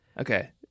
Okay